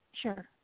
sure